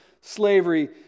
slavery